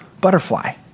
butterfly